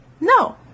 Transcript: No